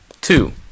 Two